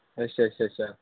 ਅੱਛਾ ਅੱਛਾ ਅੱਛਾ